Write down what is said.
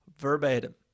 Verbatim